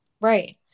Right